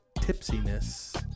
tipsiness